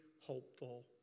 hopeful